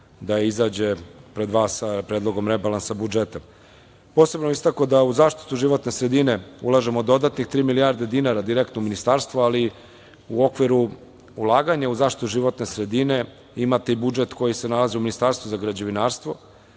da izađe pred vas sa Predlogom rebalansa budžeta. Posebno bih istakao da u zaštitu životne sredine ulažemo dodatnih tri milijardi dinara direktno u ministarstvo, ali u okviru ulaganja u zaštitu životne sredine imate i budžet koji se nalazi u Ministarstvu građevinarstva